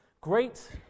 Great